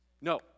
no